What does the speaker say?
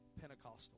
Pentecostal